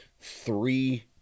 three